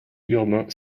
urbain